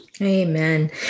Amen